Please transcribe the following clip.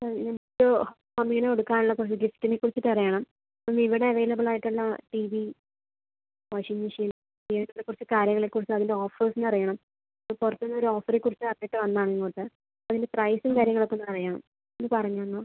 sir ഇതിന് ഇപ്പം അനിയന് കൊടുക്കാനുള്ള കുറച്ച് ഗിഫ്റ്റിനെ കുറിച്ചിട്ട അറിയണം അപ്പം ഇവിടെ അവൈലബിൾ ആയിട്ടിള്ള ടി വി വാഷിംഗ് മെഷീൻ ടി വികളെ കുറിച്ചും കാര്യങ്ങളെ കുറിച്ചും അതിൻ്റെ ഓഫേർസ് ഒന്ന് അറിയണം ഇപ്പം പുറത്തിന്ന് ഒരു ഓഫാറെ കുറിച്ച് അറിഞ്ഞിട്ട് വന്നതാണ് ഇങ്ങോട്ട് അതിൻ്റെ പ്രൈസ് കാര്യങ്ങൾ ഒക്കെ ഒന്ന് അറിയണം ഒന്ന് പറഞ്ഞ് തന്നോ